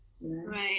right